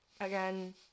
Again